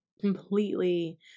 completely